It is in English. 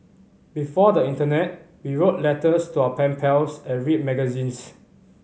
before the internet we wrote letters to our pen pals and read magazines